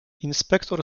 inspektor